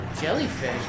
Jellyfish